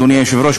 אדוני היושב-ראש,